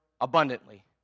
abundantly